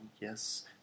yes